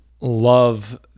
Love